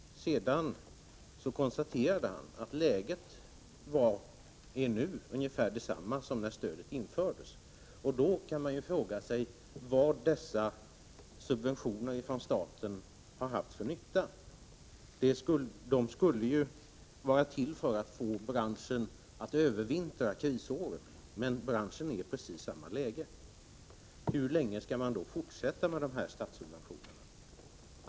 Sedan konstaterar han att läget nu är ungefär detsamma som när stödet infördes. Då kan man ju fråga sig vad dessa subventioner från staten har haft för nytta. De skulle ju vara till för att få branschen att övervintra under krisåren, men branschen är i precis samma läge. Hur länge skall man då fortsätta med dessa statssubventioner?